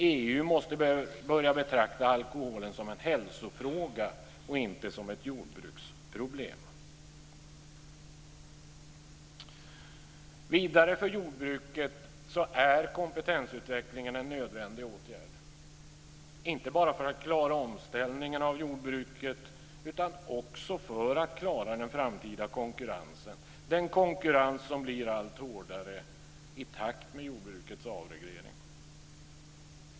EU måste börja betrakta alkoholen som en hälsofråga och inte som ett jordbruksproblem. Vidare är kompetensutvecklingen en nödvändig åtgärd för jordbruket, inte bara för att klara omställningen av jordbruket utan också för att klara den framtida konkurrensen, den konkurrens som blir allt hårdare i takt med jordbrukets avreglering.